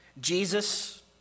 Jesus